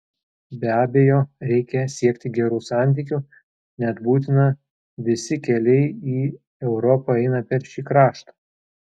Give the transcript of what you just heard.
be abejo reikia siekti gerų santykių net būtina visi keliai į europą eina per šį kraštą